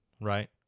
right